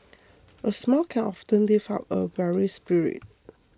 a smile can often lift up a weary spirit